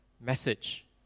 message